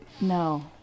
No